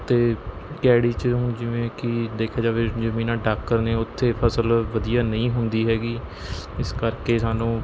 ਅਤੇ ਕੈੜੀ 'ਚ ਹੁਣ ਜਿਵੇਂ ਕਿ ਦੇਖਿਆ ਜਾਵੇ ਜ਼ਮੀਨਾਂ ਡਾਕਰ ਨੇ ਉੱਥੇ ਫਸਲ ਵਧੀਆ ਨਹੀਂ ਹੁੰਦੀ ਹੈਗੀ ਇਸ ਕਰਕੇ ਸਾਨੂੰ